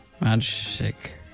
Magic